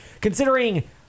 considering